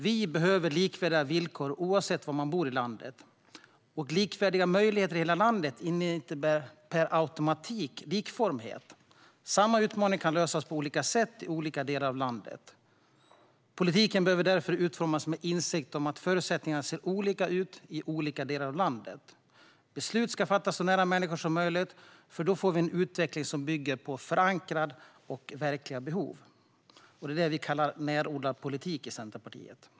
Vi behöver likvärdiga villkor oavsett var man bor i landet. Likvärdiga möjligheter i hela landet innebär inte per automatik likformighet. Samma utmaning kan lösas på olika sätt i olika delar av landet. Politiken behöver därför utformas med insikt om att förutsättningarna ser olika ut i olika delar av landet. Beslut ska fattas så nära människor som möjligt, för då får vi en utveckling som bygger på förankrade och verkliga behov. Det är det vi i Centerpartiet kallar närodlad politik. Herr talman!